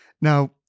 Now